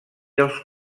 els